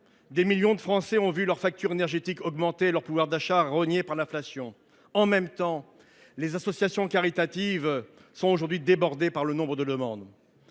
des millions de Français ont vu le montant de leur facture énergétique augmenter et leur pouvoir d’achat rogné par l’inflation. En même temps, les associations caritatives sont aujourd’hui débordées par le nombre de demandes.